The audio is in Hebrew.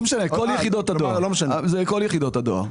זה כל יחידות הדואר.